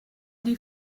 die